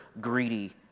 greedy